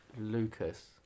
Lucas